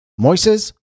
Moises